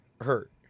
hurt